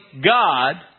God